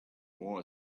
war